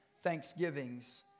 thanksgivings